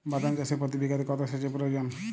বাদাম চাষে প্রতি বিঘাতে কত সেচের প্রয়োজন?